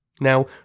Now